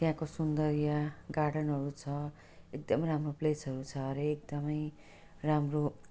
त्यहाँको सुन्दरीय गार्डनहरू छ एकदम राम्रो प्लेसहरू छ हरे एकदम राम्रो